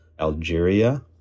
Algeria